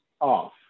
off